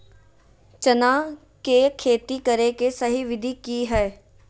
चना के खेती करे के सही विधि की हय?